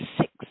six